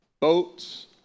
boats